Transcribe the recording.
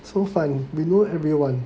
so fun we know everyone